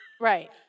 Right